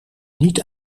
niet